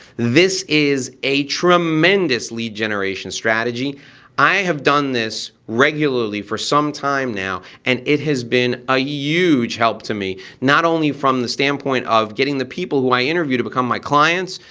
this is a tremendous lead generation strategy i have done this regularly for some time now and it has been a huge help to me, not only from the standpoint of getting the people who i interview to become my clients,